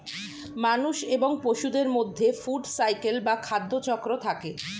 মানুষ এবং পশুদের মধ্যে ফুড সাইকেল বা খাদ্য চক্র থাকে